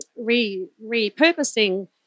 repurposing